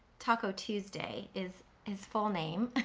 taco tuesday is his full name.